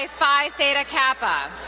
ah phi theta kappa.